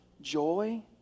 joy